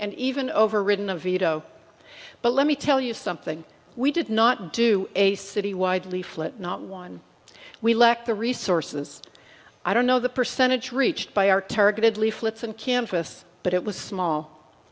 and even overridden a veto but let me tell you something we did not do a citywide leaflet not one we lacked the resources i don't know the percentage reached by our targeted leaflets and campus but it was small